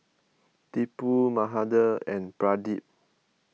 Tipu Mahade and Pradip